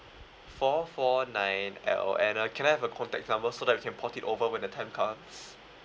four four nine L and uh can I have a contact number so that we can port it over when the time comes